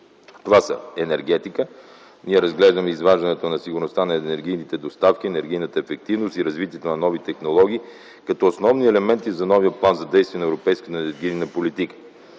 Това са :- Енергетика. Ние разглеждаме извеждането на сигурността на енергийните доставки, на енергийната ефективност и развитието на нови технологии като основни елементи за новия План за действие на европейската енергийна политика;